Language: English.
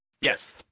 Yes